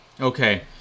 Okay